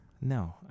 No